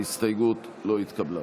ההסתייגות לא התקבלה.